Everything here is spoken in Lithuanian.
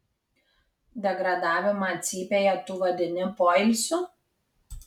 degradavimą cypėje tu vadini poilsiu